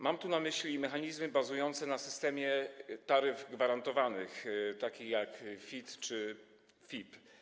Mam tu na myśli mechanizmy bazujące na systemie taryf gwarantowanych, takich jak FIP czy FIT.